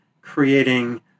creating